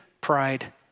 pride